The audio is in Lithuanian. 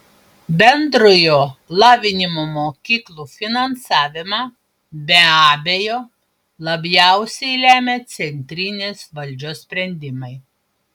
bendrojo lavinimo mokyklų finansavimą be abejo labiausiai lemia centrinės valdžios sprendimai